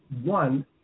one